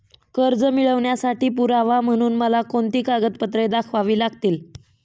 कर्ज मिळवण्यासाठी पुरावा म्हणून मला कोणती कागदपत्रे दाखवावी लागतील?